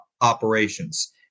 operations